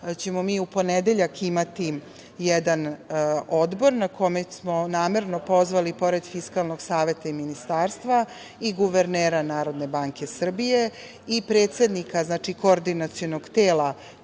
ćemo u ponedeljak imati jedan odbor na kome smo namerno pozvali pored Fiskalnog saveta i ministarstva i guvernera NBS i predsednika Koordinacionog tela